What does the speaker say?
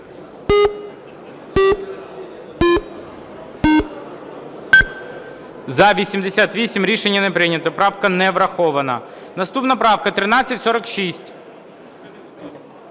За-88 Рішення не прийнято. Правка не врахована. Наступна правка 1346.